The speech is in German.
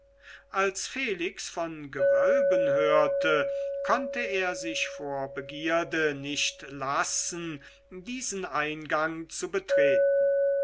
als felix von gewölben hörte konnte er vor begierde sich nicht lassen diesen eingang zu betreten